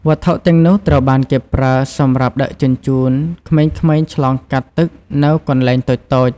វត្ថុទាំងនោះត្រូវបានគេប្រើសម្រាប់ដឹកជញ្ជូនក្មេងៗឆ្លងកាត់ទឹកនៅកន្លែងតូចៗ។